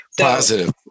Positive